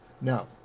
Now